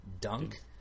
Dunk